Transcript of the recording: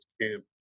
camp